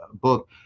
book